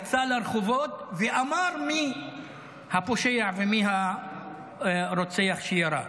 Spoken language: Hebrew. יצא לרחובות ואמר מי הפושע ומי הרוצח שירה.